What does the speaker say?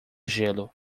gelo